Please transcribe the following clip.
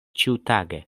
ĉiutage